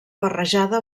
barrejada